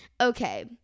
Okay